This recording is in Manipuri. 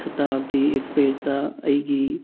ꯁꯗꯥꯞꯇꯤ ꯑꯦꯛꯁꯄ꯭ꯔꯦꯁꯇ ꯑꯩꯒꯤ